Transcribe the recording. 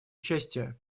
участие